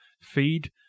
feed